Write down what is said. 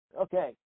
Okay